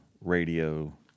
radio